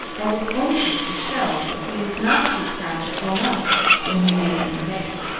as if anxious to show that he was not too proud to own up when he made a mistake.